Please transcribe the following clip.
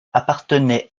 appartenait